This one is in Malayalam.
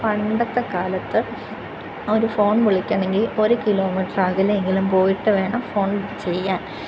പണ്ടത്തെ കാലത്ത് ഒരു ഫോൺ വിളിക്കണമെങ്കിൽ ഒരു കിലോമീറ്റർ അകലെയെങ്കിലും പോയിട്ട് വേണം ഫോൺ ചെയ്യാൻ